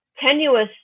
tenuous